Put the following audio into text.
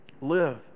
Live